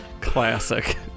classic